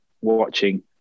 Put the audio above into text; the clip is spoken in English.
watching